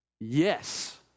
Yes